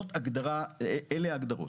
אלה ההגדרות.